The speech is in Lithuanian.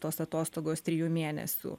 tos atostogos trijų mėnesių